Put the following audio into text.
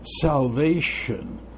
salvation